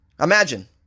Imagine